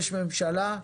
יש ממשלה,